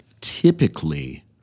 typically